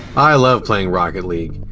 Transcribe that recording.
i love playing rocket league.